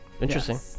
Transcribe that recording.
Interesting